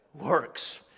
works